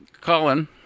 Colin